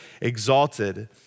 exalted